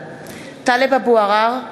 (קוראת בשמות חברי הכנסת) טלב אבו עראר,